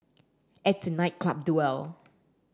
it's a night club duel